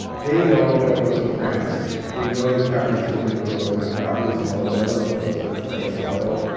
they know what grows in france. they know that cabernet sauvignon grows on gravelly soil. merlot grows on clay soil.